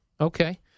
Okay